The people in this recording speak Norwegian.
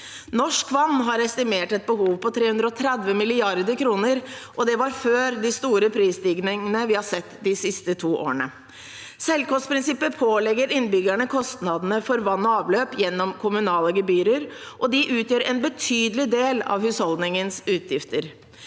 Norsk Vann har estimert et behov på 330 mrd. kr, og det var før de store prisstigningene vi har sett de siste to årene. Selvkostprinsippet pålegger innbyggerne kostnadene for vann og avløp gjennom kommunale gebyrer, og de utgjør en betydelig del av husholdningens utgifter.